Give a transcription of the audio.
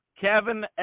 Kevin